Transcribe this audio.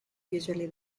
usually